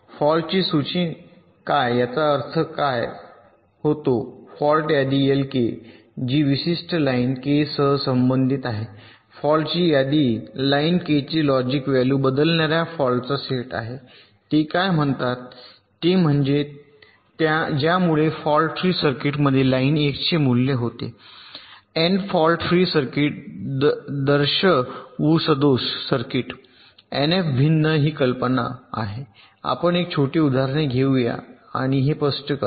फॉल्टची सूची म्हणजे काय याचा अर्थ असा होतो की फॉल्ट यादी Lk जी विशिष्ट लाइन के सह संबंधित आहे फॉल्टची यादी लाइन के चे लॉजिक व्हॅल्यू बदलणार्या फॉल्टचा सेट आहे ते काय म्हणतात ते म्हणजेज्यामुळे फॉल्ट फ्री सर्किटमध्ये लाइन के चे मूल्य होते एन फॉल्ट फ्री सर्किट दर्शवूसदोष सर्किट Nf भिन्न ही कल्पना आहे आपण एक छोटी उदाहरणे घेऊ या हे स्पष्ट करा